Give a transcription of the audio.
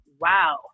wow